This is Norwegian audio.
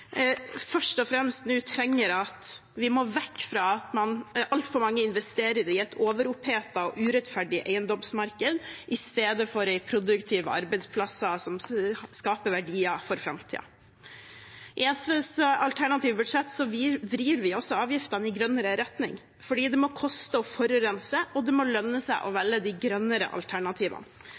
først og fremst trenger at vi må vekk fra at altfor mange investerer i et overopphetet og urettferdig eiendomsmarked i stedet for i produktive arbeidsplasser som skaper verdier for framtiden. I SVs alternative budsjett vrir vi også avgiftene i grønnere retning fordi det må koste å forurense, og det må lønne seg å velge de grønnere alternativene.